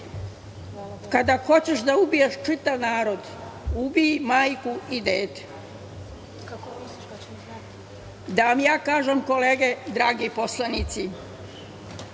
Kada hoćeš da ubiješ čitav narod, ubi majku i dete. Da vam kažem kolege, dragi poslanici,